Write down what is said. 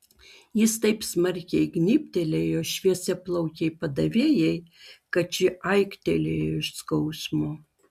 jis taip smarkiai gnybtelėjo šviesiaplaukei padavėjai kad ši aiktelėjo iš skausmo